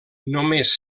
només